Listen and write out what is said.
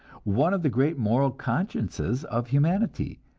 one of the great moral consciences of humanity.